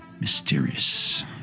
mysterious